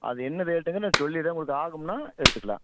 அது என்ன ரேட்டுன்னு சொல்லிடுறேன் உங்களுக்கு ஆகும்னால் எடுத்துக்கலாம்